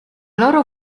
loro